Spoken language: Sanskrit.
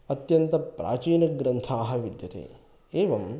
अत्यन्तप्राचीनग्रन्थाः विद्यते एवं